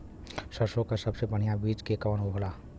सरसों क सबसे बढ़िया बिज के कवन होला?